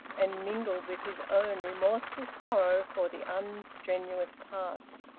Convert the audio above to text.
and mingled with his own remorseful sorrow for the unstrenuous past,